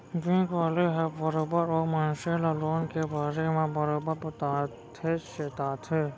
bank वाले ह बरोबर ओ मनसे ल लोन के बारे म बरोबर बताथे चेताथे